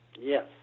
Yes